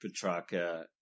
Petrarca